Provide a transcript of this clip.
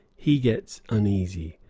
he gets uneasy,